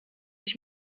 ich